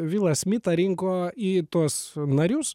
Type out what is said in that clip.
vilą smitą rinko į tuos narius